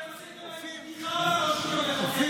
אתם עשיתם היום בדיחה מהרשות המחוקקת,